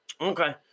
Okay